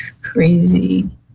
crazy